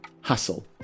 hustle